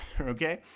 okay